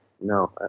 no